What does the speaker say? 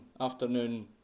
afternoon